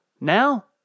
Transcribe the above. Now